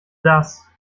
das